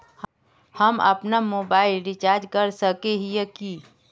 हम अपना mobile recharge कर सकय हिये की?